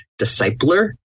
discipler